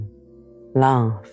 laugh